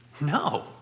No